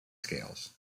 scales